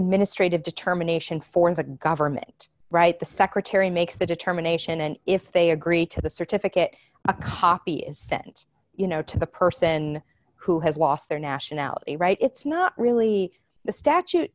administrative determination for the government right the secretary makes the determination and if they agree to the certificate a copy is sent you know to the person who has lost their nationality right it's not really the statu